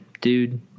dude